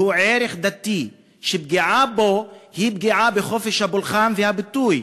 והוא ערך דתי שפגיעה בו היא פגיעה בחופש הפולחן והביטוי.